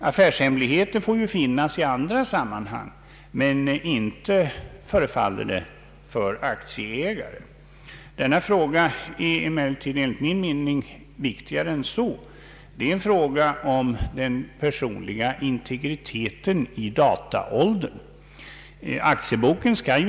Affärshemligheter får ju finnas i andra sammanhang men inte för aktieägare, förefaller det. Denna fråga är emellertid enligt min mening viktigare än så. Det är en fråga om den personliga integriteten i dataåldern.